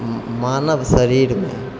मानव शरीरमे